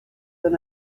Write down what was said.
than